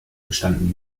bestanden